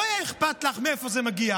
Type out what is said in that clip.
לא היה לך אכפת מאיפה זה מגיע,